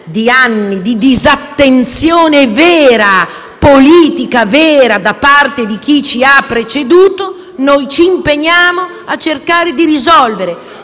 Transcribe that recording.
di anni di vera disattenzione politica da parte di chi ci ha preceduti. Ci impegniamo a cercare di risolvere